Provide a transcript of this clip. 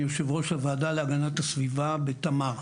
אני יושב-ראש הוועדה להגנת הסביבה בתמר.